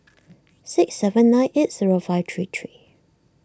six seven nine eight zero five three three